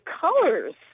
colors